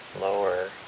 lower